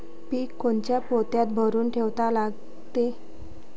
पीक कोनच्या पोत्यात भरून ठेवा लागते?